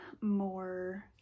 more